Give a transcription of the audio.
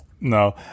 No